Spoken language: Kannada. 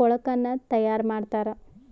ಕೊಳುಕನ್ನ ತೈಯಾರ್ ಮಾಡ್ತಾರ್